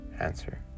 Answer